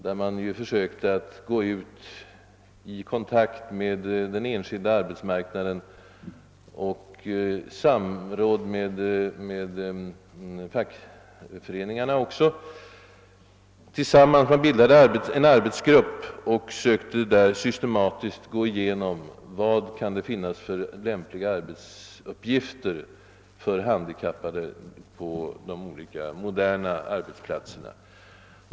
Där bildade man tillsammans med den enskilda arbetsmarknaden och fackföreningarna en arbetsgrupp och försökte systematiskt gå igenom vilka arbetsuppgifter som kunde vara lämpliga för handikappade på de olika moderna arbetsplatserna.